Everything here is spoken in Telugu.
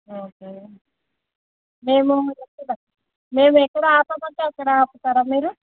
ఓకే మేము ఎక్కడ మేము ఎక్కడ ఆపమంటే అక్కడ ఆపుతారా మీరు